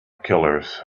killers